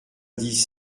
dix